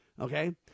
okay